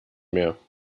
mehr